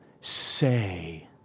say